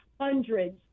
hundreds